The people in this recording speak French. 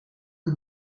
que